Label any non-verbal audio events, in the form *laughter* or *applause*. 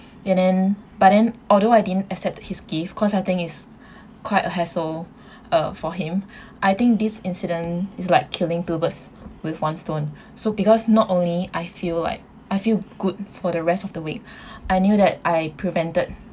and then but then although I didn't accept his gift 'cause I think is *breath* quite a hassle *breath* uh for him I think this incident is like killing two birds with one stone so because not only I feel like I feel good for the rest of the week *breath* I knew that I prevented